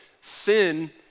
Sin